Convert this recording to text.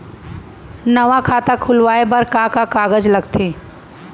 नवा खाता खुलवाए बर का का कागज लगथे?